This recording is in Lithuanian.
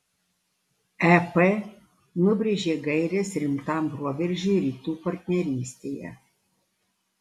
ep nubrėžė gaires rimtam proveržiui rytų partnerystėje